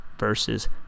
Versus